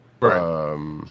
Right